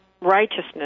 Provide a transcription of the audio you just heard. righteousness